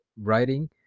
writing